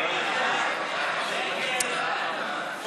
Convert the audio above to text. שלי יחימוביץ,